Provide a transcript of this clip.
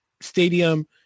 Stadium